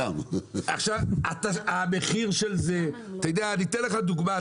אני אתן לך דוגמה,